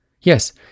Yes